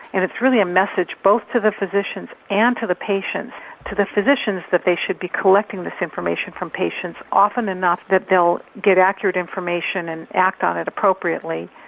and it's really a message both to the physicians and to the patients to the physicians that they should be collecting this information from patients often enough that they'll get accurate information and act on it appropriately.